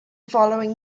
following